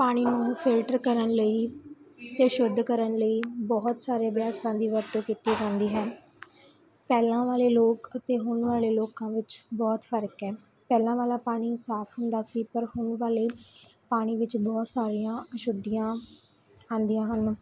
ਪਾਣੀ ਨੂੰ ਫਿਲਟਰ ਕਰਨ ਲਈ ਅਤੇ ਸ਼ੁੱਧ ਕਰਨ ਲਈ ਬਹੁਤ ਸਾਰੇ ਬਰੈਸਾਂ ਦੀ ਵਰਤੋਂ ਕੀਤੀ ਜਾਂਦੀ ਹੈ ਪਹਿਲਾਂ ਵਾਲੇ ਲੋਕ ਅਤੇ ਹੁਣ ਵਾਲੇ ਲੋਕਾਂ ਵਿੱਚ ਬਹੁਤ ਫਰਕ ਹੈ ਪਹਿਲਾਂ ਵਾਲਾ ਪਾਣੀ ਸਾਫ ਹੁੰਦਾ ਸੀ ਪਰ ਹੁਣ ਵਾਲੇ ਪਾਣੀ ਵਿੱਚ ਬਹੁਤ ਸਾਰੀਆਂ ਅਸ਼ੁੱਧੀਆਂ ਆਉਂਦੀਆਂ ਹਨ